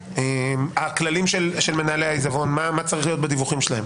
לכן הכללים של מנהלי העיזבון ומה צריך להיות בדיווחים שלהם